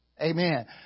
Amen